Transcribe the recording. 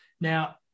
Now